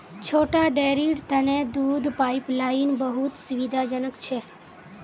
छोटा डेरीर तने दूध पाइपलाइन बहुत सुविधाजनक छ